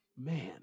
Man